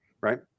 right